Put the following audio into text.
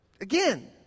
Again